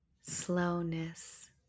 slowness